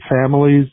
families